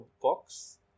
box